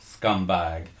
scumbag